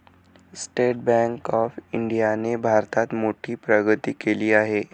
state bank of इंडियाने भारतात मोठी प्रगती केली आहे